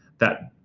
that